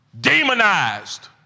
demonized